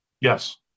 Yes